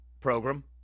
program